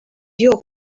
your